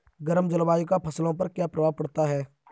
गर्म जलवायु का फसलों पर क्या प्रभाव पड़ता है?